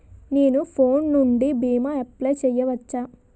నేను ఫోన్ నుండి భీమా అప్లయ్ చేయవచ్చా?